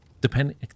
depending